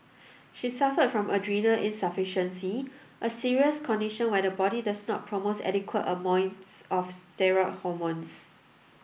she suffered from adrenal insufficiency a serious condition where the body does not promotes adequate of steroid hormones